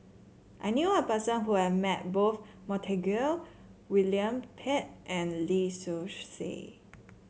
I knew a person who have met both Montague William Pett and Lee Seow Ser